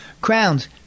Crowns